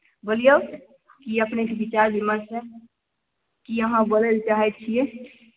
बोलियौ की अपनेके विचार विमर्श हइ की अहाॅं बोलै लए चाहै छियै